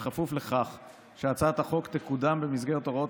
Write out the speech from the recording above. כפוף לכך שהצעת החוק תקודם במסגרת הוראות